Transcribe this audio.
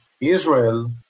Israel